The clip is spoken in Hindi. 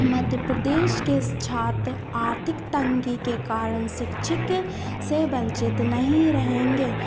मध्यप्रदेश के छात्र आर्थिक तंगी के कारण शिक्षित से वंचित नहीं रहेंगे